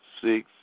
Six